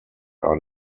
are